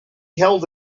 held